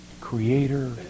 Creator